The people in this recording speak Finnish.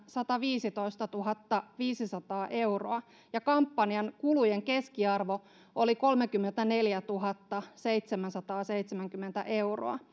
sataviisitoistatuhattaviisisataa euroa ja kampanjan kulujen keskiarvo oli kolmekymmentäneljätuhattaseitsemänsataaseitsemänkymmentä euroa